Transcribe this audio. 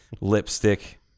lipstick